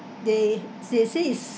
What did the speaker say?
they say say is